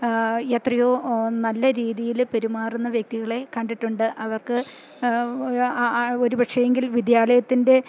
എത്രയോ നല്ല രീതിയില് പെരുമാറുന്ന വ്യക്തികളെ കണ്ടിട്ടുണ്ട് അവർക്ക് ആ ഒരു പക്ഷേങ്കിൽ വിദ്യാലയത്തിൻ്റെ